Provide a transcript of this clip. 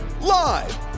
Live